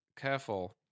careful